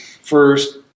first